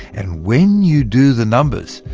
and when you do the numbers,